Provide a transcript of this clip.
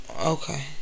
Okay